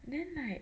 then like